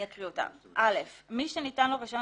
הוראת מעבר3.(א) מי שניתן לו רישיון